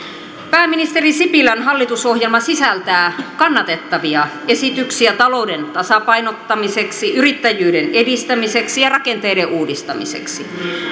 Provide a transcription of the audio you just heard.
pääministeri sipilän hallitusohjelma sisältää kannatettavia esityksiä talouden tasapainottamiseksi yrittäjyyden edistämiseksi ja rakenteiden uudistamiseksi